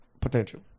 potential